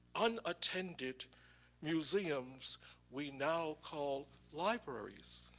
unattended museums we now call libraries.